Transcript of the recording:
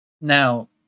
Now